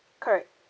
correct